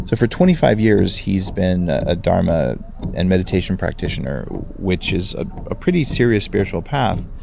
so for twenty five years, he's been a dharma and meditation practitioner which is ah a pretty serious spiritual path.